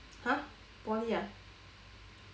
!huh! poly ah